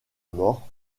mort